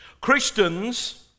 Christians